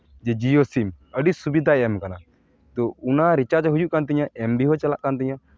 ᱡᱮ ᱡᱤᱭᱳ ᱥᱤᱢ ᱟᱹᱰᱤ ᱥᱩᱵᱤᱫᱷᱟᱭ ᱮᱢ ᱠᱟᱱᱟ ᱛᱚ ᱚᱱᱟ ᱨᱤᱪᱟᱨᱡᱽ ᱦᱩᱭᱩᱜ ᱠᱟᱱ ᱛᱤᱧᱟᱹ ᱮᱢ ᱵᱤ ᱦᱚᱸ ᱪᱟᱞᱟᱜ ᱠᱟᱱ ᱛᱤᱧᱟ